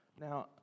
Now